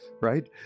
right